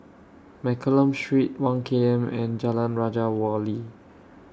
Mccallum Street one K M and Jalan Raja Wali